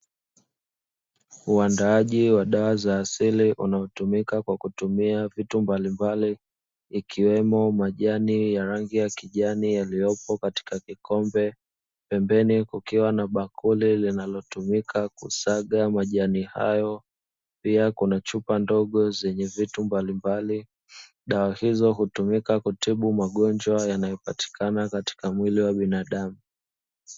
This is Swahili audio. Uandaaji wa dawa za asili unaotumika kwa kutumia vitu mbalimbali ikiwemo majani ya rangi ya kijani yaliyopo katika kikombe pembeni kukiwa na bakuli linalotumika kusaga majani hayo pia kuna chupa ndogo zenye vitu mbalimbali dawa hizo hutumika kutibu magonjwa yanayopatikana katika mwili wa binadamu